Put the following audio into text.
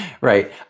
Right